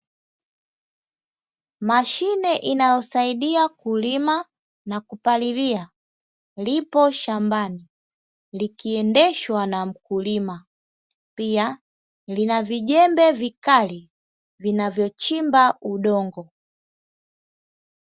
Mashine inayosaidia kulima na kupalilia, lipo shambani likiendeshwa na mkulima. Pia lina vijembe vikali vinavyochimba udongo.